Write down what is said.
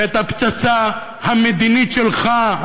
את הפצצה המדינית שלך,